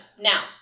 now